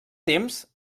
temps